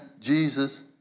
Jesus